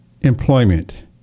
employment